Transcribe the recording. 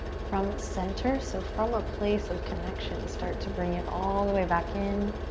from center, so from a place of connection, start to bring it all the way back in.